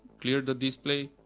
clear the display,